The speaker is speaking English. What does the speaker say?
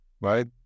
right